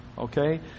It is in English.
Okay